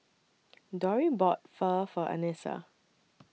Dori bought Pho For Anissa